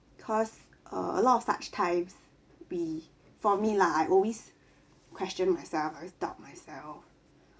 cause uh a lot of such times be for me lah I always question myself I always doubt myself